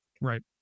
Right